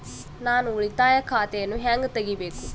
ನಾನು ಉಳಿತಾಯ ಖಾತೆಯನ್ನು ಹೆಂಗ್ ತಗಿಬೇಕು?